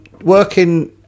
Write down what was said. working